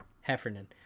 heffernan